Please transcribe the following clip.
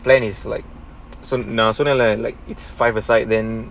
plan is like so now so now leh like it's five aside then